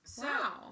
wow